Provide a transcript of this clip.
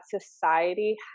society